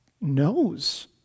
knows